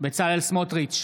בצלאל סמוטריץ'